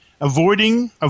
Avoiding –